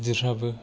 गिदिरफोराबो